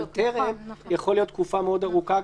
"טרם" יכולה להיות תקופה מאוד ארוכה.